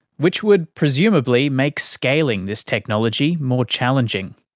which would presumably make scaling this technology more challenging.